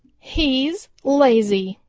he's lazy,